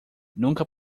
nunca